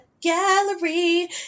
gallery